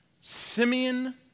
Simeon